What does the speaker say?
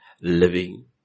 living